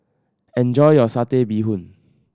enjoy your Satay Bee Hoon